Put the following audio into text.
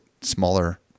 smaller